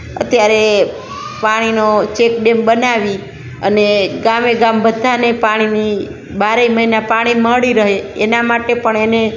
અત્યારે પાણીનો check dam બનાવી અને ગામે ગામ બધાને પાણીની બારે મહિના પાણી મળી રહે એના માટે પણ એને